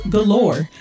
Galore